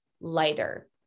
lighter